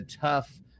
tough